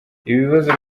bibazo